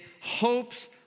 hopes